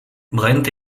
brent